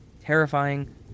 Terrifying